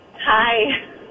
Hi